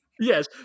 Yes